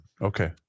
okay